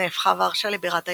נהפכה ורשה לבירת האיחוד,